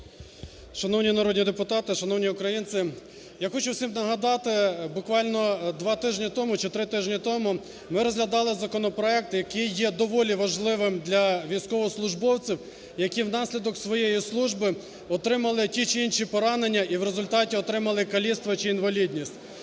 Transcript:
Шановні народні депутати! Шановні українці! Я хочу всім нагадати, буквально два тижні тому, чи три тижні тому, ми розглядали законопроект, який є доволі важливий для військовослужбовців, які внаслідок своєї служби отримали ті чи інші поранення і в результаті отримали каліцтво чи інвалідність.